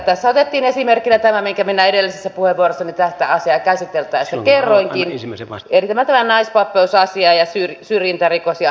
tässä otettiin esimerkkinä tämä minkä minä edellisessä puheenvuorossani tätä asiaa käsiteltäessä kerroinkin elikkä tämä naispappeusasia ja syrjintärikos ja irtisanomisperuste